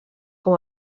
com